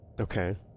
Okay